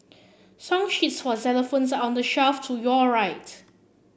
song sheets for xylophones are on the shelf to your right